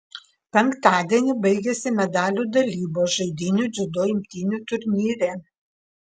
penktadienį baigėsi medalių dalybos žaidynių dziudo imtynių turnyre